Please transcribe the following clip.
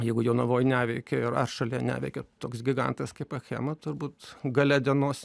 jeigu jonavoje neveikia yra šalia neveikia toks gigantas kaip achema turbūt gale dienos